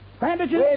bandages